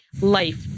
life